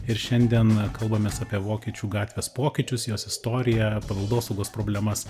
ir šiandien kalbamės apie vokiečių gatvės pokyčius jos istoriją paveldosaugos problemas